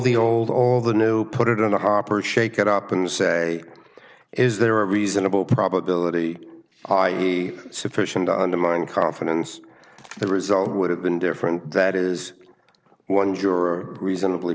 the old all the new put it in the hopper shake it up and say is there a reasonable probability i e sufficient to undermine confidence the result would have been different that is one juror reasonably